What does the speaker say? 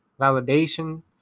validation